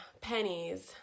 pennies